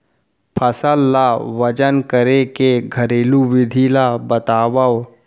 फसल ला वजन करे के घरेलू विधि ला बतावव?